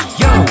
yo